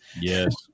Yes